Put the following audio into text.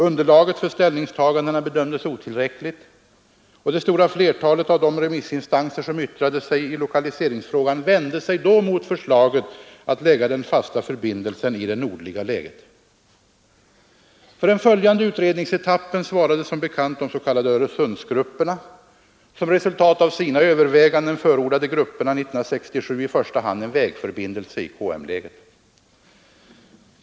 Underlaget för ställningstagandena bedömdes otillräckligt, och det stora flertalet av de remissinstanser som yttrade sig i lokaliseringsfrågan vände sig mot förslaget att lägga den fasta förbindelsen i det nordliga KM-läget. För den följande utredningsetappen svarade som bekant de s.k. Öresundsgrupperna. Som resultat av sina överväganden förordade grupperna år 1967 i första hand en vägförbindelse i KM-läget.